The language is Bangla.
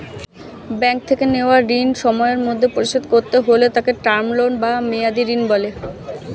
ব্যাঙ্ক থেকে নেওয়া ঋণ সময়ের মধ্যে পরিশোধ করতে হলে তাকে টার্ম লোন বা মেয়াদী ঋণ বলে